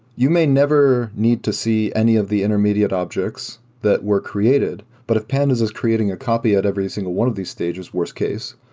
you may never need to see any of the intermediate objects that were created. but if pandas is creating a copy at every single one of these stages worst-case,